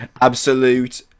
absolute